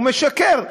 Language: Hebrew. הוא משקר.